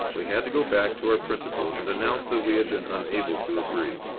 we had to go back to our principals and announce that we had been unable to agree.